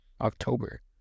October